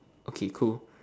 okay cool